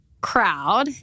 crowd